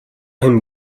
him